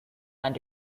and